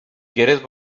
quieres